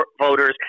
voters